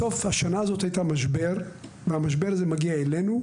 בסוף השנה הזאת היה משבר, המשבר הזה מגיע אלינו,